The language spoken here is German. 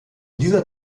dieser